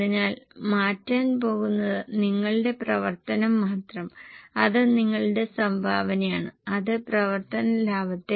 അതിനാൽ നിങ്ങൾക്ക് മുകളിലേക്ക് പോകാം 5 8 അസംസ്കൃത വസ്തുക്കളുടെ വേരിയബിൾ ഭാഗമാണ് തുടർന്ന് 11 15 18 പവർ ഇന്ധനം എന്നിവയുടെ വേരിയബിൾ ഭാഗമാണ്